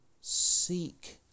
seek